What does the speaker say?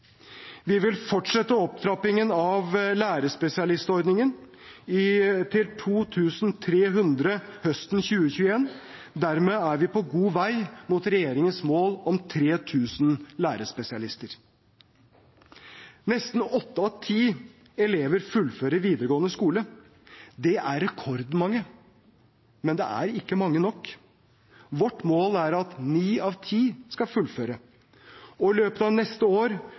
Vi vil fortsette opptrappingen av lærerspesialistordningen til 2 300 høsten 2021. Dermed er vi på god vei mot regjeringens mål om 3 000 lærerspesialister. Nesten åtte av ti elever fullfører videregående skole. Det er rekordmange. Men det er ikke mange nok. Vårt mål er at ni av ti skal fullføre, og i løpet av neste år